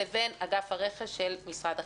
לבין אגף הרכש של משרד החינוך.